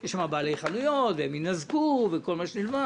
יש שם בעלי חנויות, הם יינזקו וכל מה שנלווה